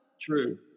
True